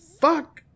fuck